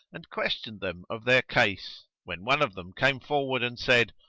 and questioned them of their case, when one of them came forward and said,